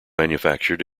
manufactured